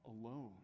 alone